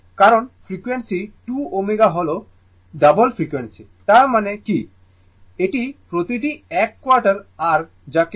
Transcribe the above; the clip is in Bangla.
কারণ ফ্রিকোয়েন্সি 2 ω হল দ্বিগুন ফ্রিকোয়েন্সি তার মানে কি এটি প্রতিটি এক কোয়ার্টার r যাকে r কোয়ার্টার সাইকেল বলা হয়